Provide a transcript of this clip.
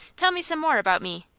tell me some more about me.